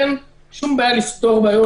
אין שום בעיה לפתור בעיות,